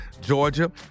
Georgia